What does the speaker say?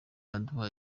aduha